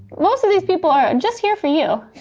most of these people are just here for you.